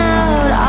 out